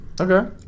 okay